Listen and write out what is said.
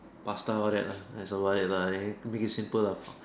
pasta all that lah that's about it lah make it simple lah fuck